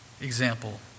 example